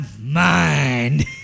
mind